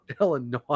Illinois